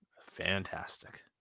Fantastic